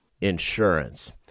Insurance